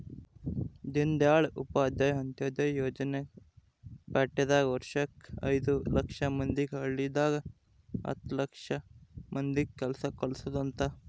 ದೀನ್ದಯಾಳ್ ಉಪಾಧ್ಯಾಯ ಅಂತ್ಯೋದಯ ಯೋಜನೆ ಪ್ಯಾಟಿದಾಗ ವರ್ಷಕ್ ಐದು ಲಕ್ಷ ಮಂದಿಗೆ ಹಳ್ಳಿದಾಗ ಹತ್ತು ಲಕ್ಷ ಮಂದಿಗ ಕೆಲ್ಸ ಕಲ್ಸೊದ್ ಅಂತ